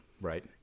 Right